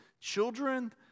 children